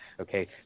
Okay